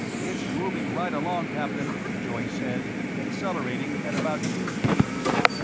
it's moving right along, captain, joyce said, accelerating at about two gee's.